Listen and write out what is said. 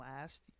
last